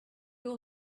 will